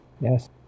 Yes